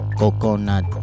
coconut